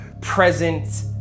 present